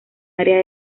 área